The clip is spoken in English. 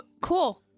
cool